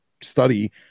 study